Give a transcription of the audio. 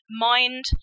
mind